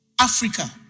Africa